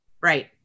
right